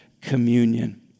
communion